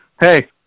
hey